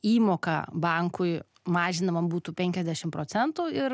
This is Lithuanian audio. įmoka bankui mažinama būtų penkiasdešim procentų ir